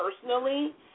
personally